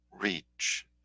reach